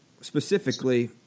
specifically